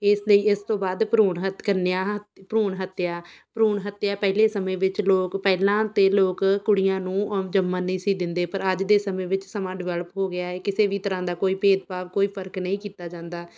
ਇਸ ਲਈ ਇਸ ਤੋਂ ਬਾਅਦ ਭਰੂਣ ਹੱਤ ਕੰਨਿਆ ਭਰੂਣ ਹੱਤਿਆ ਭਰੂਣ ਹੱਤਿਆ ਪਹਿਲੇ ਸਮੇਂ ਵਿੱਚ ਲੋਕ ਪਹਿਲਾਂ ਤਾਂ ਲੋਕ ਕੁੜੀਆਂ ਨੂੰ ਅ ਜੰਮਣ ਨਹੀਂ ਸੀ ਦਿੰਦੇ ਪਰ ਅੱਜ ਦੇ ਸਮੇਂ ਵਿੱਚ ਸਮਾਂ ਡਿਵੈਲਪ ਹੋ ਗਿਆ ਏ ਕਿਸੇ ਵੀ ਤਰ੍ਹਾਂ ਦਾ ਕੋਈ ਭੇਦਭਾਵ ਕੋਈ ਫ਼ਰਕ ਨਹੀਂ ਕੀਤਾ ਜਾਂਦਾ